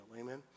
Amen